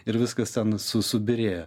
ir viskas ten su subyrėjo